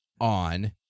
on